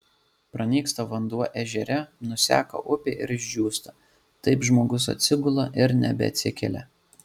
pranyksta vanduo ežere nuseka upė ir išdžiūsta taip žmogus atsigula ir nebeatsikelia